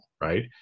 right